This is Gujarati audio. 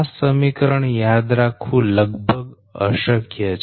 આ સમીકરણ યાદ રાખવું લગભગ અશક્ય છે